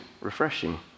refreshing